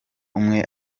umwe